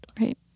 Right